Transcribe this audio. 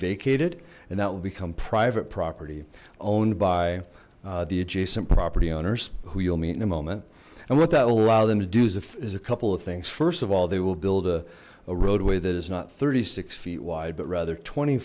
vacated and that will become private property owned by the adjacent property owners who you'll meet in a moment and what that will allow them to do so if there's a couple of things first of all they will build a roadway that is not thirty six feet wide but rather twenty